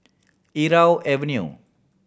Irau Avenue